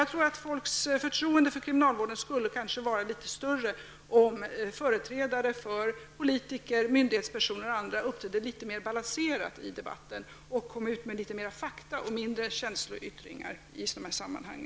Jag tror att folks förtroende för kriminalvården skulle vara litet större om politiker, myndighetspersoner och andra i debatten uppträdde litet mer balanserat så att vi kunde få mera fakta och mindre känsloyttringar i dessa sammanhang.